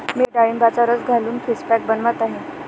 मी डाळिंबाचा रस घालून फेस पॅक बनवत आहे